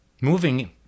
Moving